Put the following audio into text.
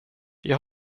jag